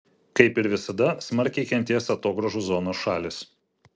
kaip ir visada smarkiai kentės atogrąžų zonos šalys